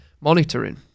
monitoring